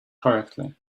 correctly